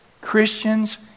Christians